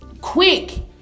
Quick